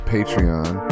Patreon